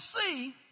see